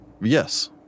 Yes